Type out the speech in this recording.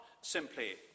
simply